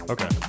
Okay